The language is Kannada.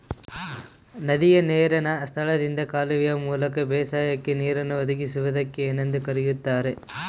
ನದಿಯ ನೇರಿನ ಸ್ಥಳದಿಂದ ಕಾಲುವೆಯ ಮೂಲಕ ಬೇಸಾಯಕ್ಕೆ ನೇರನ್ನು ಒದಗಿಸುವುದಕ್ಕೆ ಏನೆಂದು ಕರೆಯುತ್ತಾರೆ?